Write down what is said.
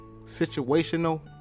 situational